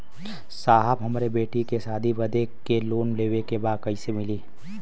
साहब हमरे बेटी के शादी बदे के लोन लेवे के बा कइसे मिलि?